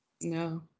No